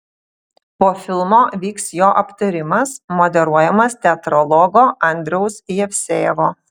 po filmo vyks jo aptarimas moderuojamas teatrologo andriaus jevsejevo